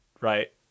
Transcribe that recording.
right